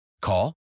Call